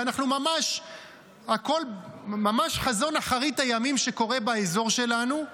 והכול ממש חזון אחרית הימים שקורה באזור שלנו,